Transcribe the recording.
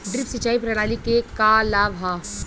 Drip सिंचाई प्रणाली के का लाभ ह?